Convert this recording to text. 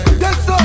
yes